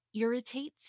irritates